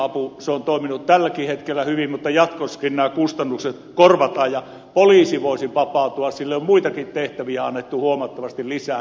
suurriistavirka apu on toiminut tälläkin hetkellä hyvin mutta jatkossakin kustannukset tulisi korvata ja poliisi voisi hiukan vapautua suurpetojen ympärillä tapahtuvasta toiminnasta muihin tehtäviin joita sille on annettu huomattavasti lisää